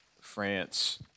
France